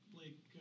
Blake